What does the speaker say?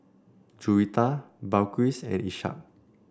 Juwita Balqis and Ishak